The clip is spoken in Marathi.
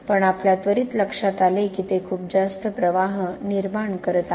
पण आपल्या त्वरीत लक्षात आले की ते खूप जास्त प्रवाह निर्माण करत आहे